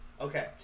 Okay